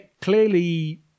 clearly